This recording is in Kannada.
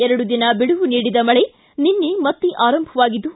ಎರಡು ದಿನ ಬಿಡುವು ನೀಡಿದ ಮಳೆ ನಿನ್ನೆ ಮತ್ತೇ ಆರಂಭವಾಗಿದ್ದು